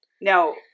Now